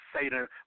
Satan